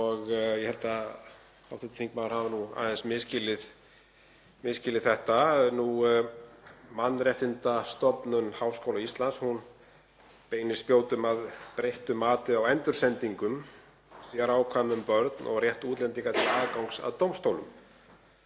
Ég held að hv. þingmaður hafi aðeins misskilið þetta. Mannréttindastofnun Háskóla Íslands beinir spjótum að breyttu mati á endursendingum, sérákvæðum um börn og rétti útlendinga til aðgangs að dómstólum.